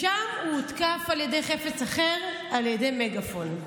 שם הוא הותקף על ידי חפץ אחר, על ידי מגפון.